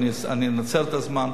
אני אנצל את הזמן.